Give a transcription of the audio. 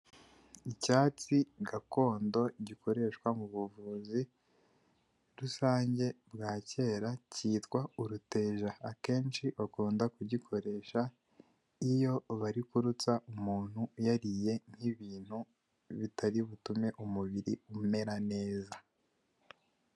Icyatsi gakondo gikoreshwa mu buvuzi rusange bwa kera cyitwa uruteja, akenshi bakunda kugikoresha iyo bari kurutsa umuntu yariye nk'ibintu bitari butume umubiri umera neza.